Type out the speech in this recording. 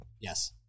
Yes